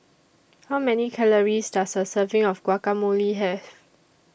How Many Calories Does A Serving of Guacamole Have